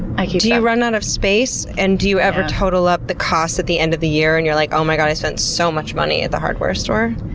like do you run out of space? and do you ever total up the cost at the end of the year and you're like, oh my god, i spent so much money at the hardware store?